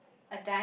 a ti~